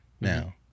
now